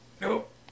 Nope